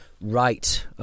right